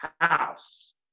house